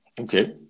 Okay